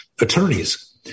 attorneys